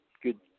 good